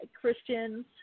Christians